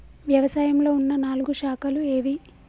వ్యవసాయంలో ఉన్న నాలుగు శాఖలు ఏవి?